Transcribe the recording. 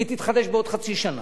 היא תתחדש בעוד חצי שנה,